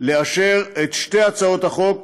לאשר את שתי הצעות החוק